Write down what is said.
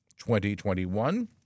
2021